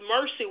mercy